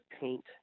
paint